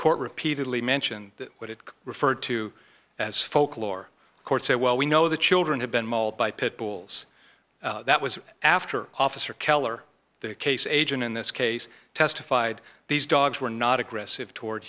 court repeatedly mentioned that what it referred to as folklore court say well we know the children have been mauled by pit bulls that was after officer keller the case agent in this case testified these dogs were not aggressive toward